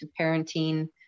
parenting